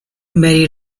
mary